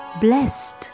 blessed